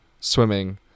swimming